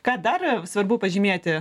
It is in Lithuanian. ką dar svarbu pažymėti